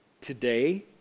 today